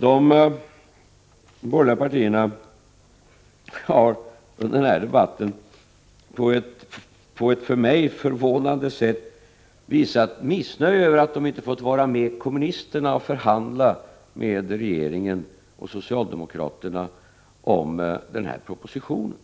De borgerliga partierna har under den här debatten på ett för mig förvånande sätt visat missnöje över att de inte fått vara med kommunisterna och förhandla med regeringen och socialdemokraterna om propositionen.